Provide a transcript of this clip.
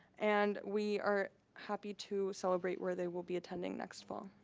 and we are happy to celebrate where they will be attending next fall.